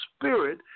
Spirit